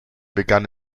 begann